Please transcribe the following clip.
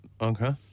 Okay